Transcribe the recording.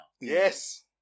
Yes